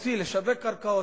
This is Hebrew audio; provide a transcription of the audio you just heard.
להוציא ולשווק קרקעות,